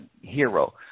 hero